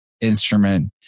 instrument